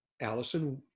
Allison